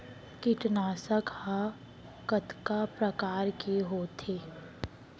कीटनाशक ह कतका प्रकार के होथे?